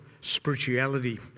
spirituality